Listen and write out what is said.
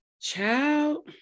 ciao